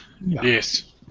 Yes